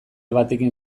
batekin